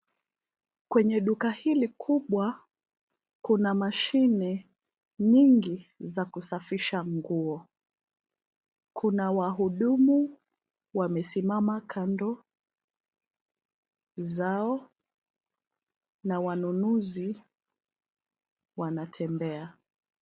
Kwenye duka hili kubwa kuna mashini nyingi za kusafisha nguo. Kuna wahudumu wamesimama kando zao. Na wanunuzi wanatembea.